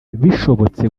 bishobotse